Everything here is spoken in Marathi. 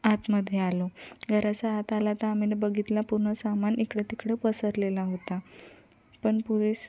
आतमध्ये आलो घराच्या आत आला तर आम्ही बघितलं पूर्ण सामान इकडं तिकडं पसरलेला होता पण पुलिस